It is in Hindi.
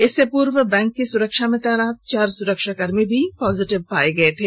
इससे पूर्व बैंक की सुरक्षा में तैनात चार सुरक्षाकर्मी भी पॉजिटिव पाये गये थे